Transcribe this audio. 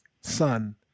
son